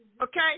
Okay